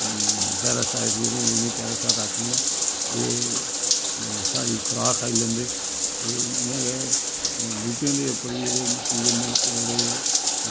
parasite जेह्ड़ी होंदी इनें ई पैरासाईट आखने आं एह् साढ़ी खराक खाई लैंदे ते इयां गै बूह्टें दे उप्पर जेह्ड़े कीड़े मकोड़े